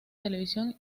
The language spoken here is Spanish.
televisión